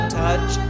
touch